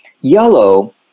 Yellow